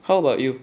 how about you